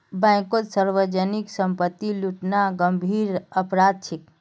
बैंककोत सार्वजनीक संपत्ति लूटना गंभीर अपराध छे